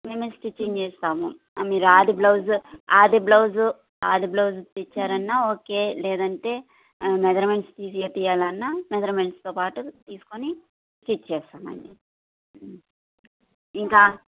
మేమె stitching చేస్తాము మీరు ఆది బ్లౌజ్ ఆది బ్లౌజు ఆది బ్లౌజ్ ఇచ్చారన్నా ఓకే లేదంటే మెజర్మెంట్స్ తీసి తియ్యాలన్నా మెజర్మెంట్స్తో పాటు తీసుకుని స్టిచ్ చేస్తాం అన్ని